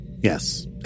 Yes